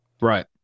Right